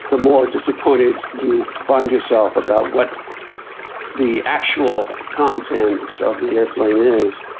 the more disappointed you find yourself about what the actual content of the aeroplane is.